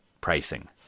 pricing